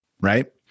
right